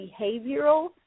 behavioral